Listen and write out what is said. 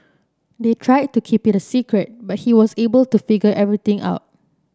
they tried to keep it a secret but he was able to figure everything out